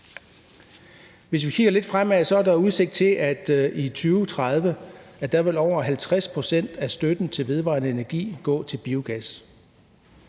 Hvis vi kigger lidt fremad, er der udsigt til, at i 2030 vil over 50 pct. af støtten til vedvarende energi gå til biogas.